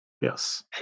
yes